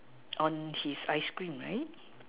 on his ice cream right